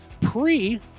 pre